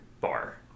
bar